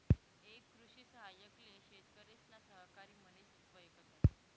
एक कृषि सहाय्यक ले शेतकरिसना सहकारी म्हनिस वयकतस